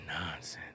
nonsense